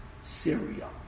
Syria